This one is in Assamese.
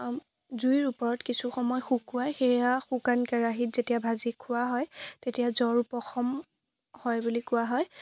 জুইৰ ওপৰত কিছু সময় শুকুৱাই সেয়া শুকান কেৰাহীত যেতিয়া ভাজি খোৱা হয় তেতিয়া জ্বৰ উপশম হয় বুলি কোৱা হয়